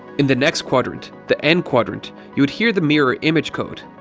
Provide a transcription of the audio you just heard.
in the next quadrant, the n quadrant, you would hear the mirror image code